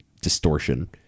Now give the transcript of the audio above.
distortion